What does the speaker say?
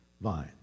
vine